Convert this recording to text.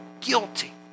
guilty